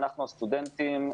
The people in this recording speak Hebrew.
אנחנו הסטודנטים,